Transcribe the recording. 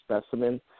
specimen